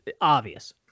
obvious